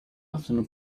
afternoon